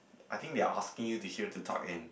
I think they're hockey you to here to talk in